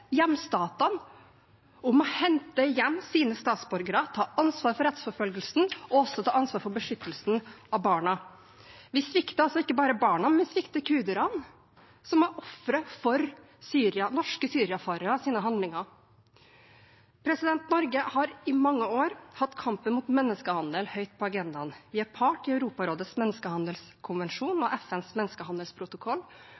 om å hente hjem sine statsborgere og ta ansvar for rettsforfølgelsen, og også ta ansvar for beskyttelsen av barna. Vi svikter altså ikke bare barna, vi svikter kurderne, som er ofre for norske Syria-fareres handlinger. Norge har i mange år hatt kampen mot menneskehandel høyt på agendaen. Vi er part til Europarådets menneskehandelskonvensjon